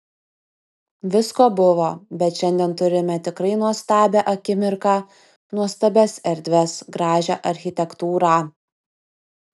visko buvo bet šiandien turime tikrai nuostabią akimirką nuostabias erdves gražią architektūrą